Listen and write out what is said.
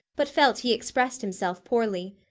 but felt he expressed himself poorly.